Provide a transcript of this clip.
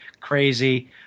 Crazy